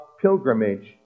pilgrimage